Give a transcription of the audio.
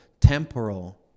temporal